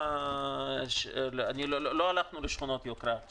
לא הלכנו לשכונות יוקרה.